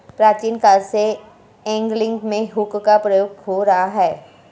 प्राचीन काल से एंगलिंग में हुक का प्रयोग हो रहा है